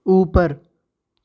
اوپر